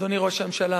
אדוני ראש הממשלה,